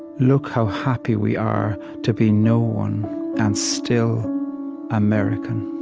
look how happy we are to be no one and still american